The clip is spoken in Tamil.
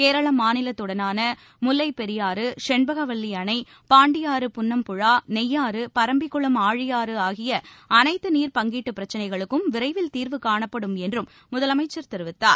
கேரள மாநிலத்துடனான முல்லைப் பெரியாறு சென்பகவல்லி அணை பாண்டியாறு புன்னம்புழா நெய்யாறு பரம்பிக்குளம் ஆழியாறு ஆகிய அனைத்து நீர் பங்கீட்டுப் பிரச்னைகளுக்கும் விரைவில் தீர்வு காணப்படும் என்றும் முதலமைச்சர் தெரிவித்தார்